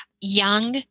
young